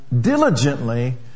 diligently